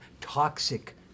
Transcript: toxic